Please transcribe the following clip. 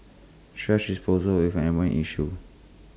thrash disposal is an environmental issue